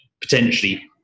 potentially